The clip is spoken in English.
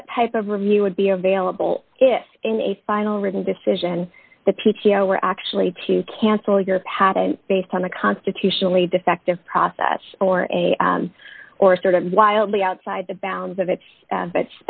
what type of review would be available if in a final written decision the p t o were actually to cancel your patent based on a constitutionally defective process or a or sort of wildly outside the bounds of it but